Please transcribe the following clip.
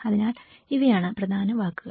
അതിനാൽ ഇവയാണ് പ്രധാന വാക്കുകൾ